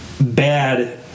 bad